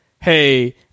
hey